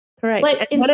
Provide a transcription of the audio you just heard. Correct